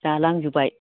जालां जोबाय